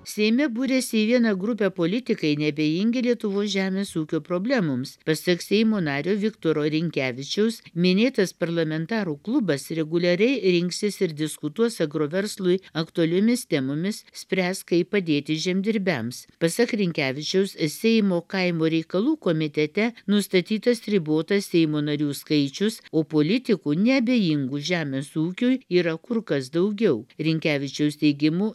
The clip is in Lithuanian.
seime buriasi į vieną grupę politikai neabejingi lietuvos žemės ūkio problemoms pasak seimo nario viktoro rinkevičiaus minėtas parlamentarų klubas reguliariai rinksis ir diskutuos agroverslui aktualiomis temomis spręs kaip padėti žemdirbiams pasak rinkevičiaus seimo kaimo reikalų komitete nustatytas ribotas seimo narių skaičius o politikų neabejingų žemės ūkiui yra kur kas daugiau rinkevičiaus teigimu